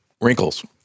wrinkles